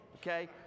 okay